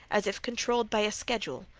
as if controlled by a schedule,